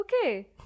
Okay